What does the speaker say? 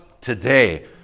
today